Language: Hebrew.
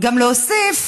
גם להוסיף